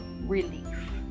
relief